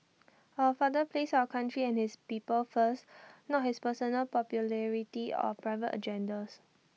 our father placed our country and his people first not his personal popularity or private agendas